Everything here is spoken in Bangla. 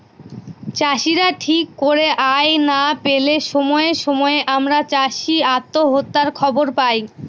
চাষীরা ঠিক করে আয় না পেলে সময়ে সময়ে আমরা চাষী আত্মহত্যার খবর পায়